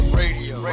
radio